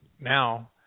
now